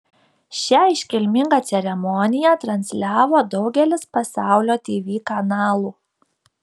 šią iškilmingą ceremoniją transliavo daugelis pasaulio tv kanalų